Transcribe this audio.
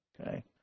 Okay